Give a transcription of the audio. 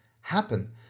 happen